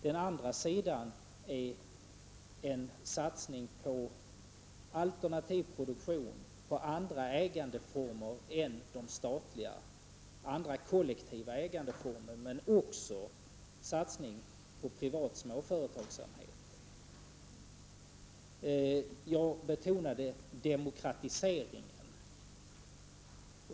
Den andra sidan är en satsning på alternativ produktion och andra kollektiva ägandeformer än den statliga men också satsning på privat småföretagsamhet. Jag betonade demokratiseringen.